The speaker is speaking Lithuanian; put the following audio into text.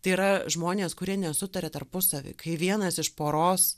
tai yra žmonės kurie nesutaria tarpusavy kai vienas iš poros